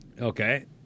okay